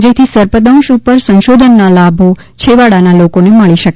જેથી સર્પદંશ ઉપર સંશોધનના લાભો છેવાડાના લોકોને મળી શકે